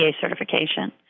certification